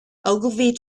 ogilvy